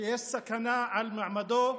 שיש סכנה למעמדו,